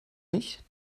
nicht